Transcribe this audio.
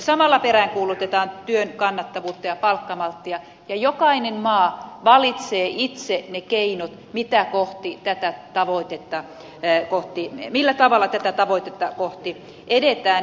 samalla peräänkuulutetaan työn kannattavuutta ja palkkamalttia ja jokainen maa valitsee itse ne keinot pitää johti tätä tavoitetta vei kohti millä tavalla tätä tavoitetta kohti edetään